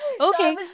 Okay